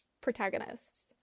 protagonists